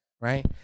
Right